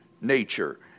nature